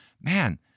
man